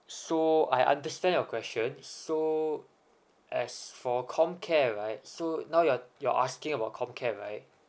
so I understand your questions so as for comcare right so now you're you're asking about comcare right